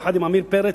יחד עם עמיר פרץ,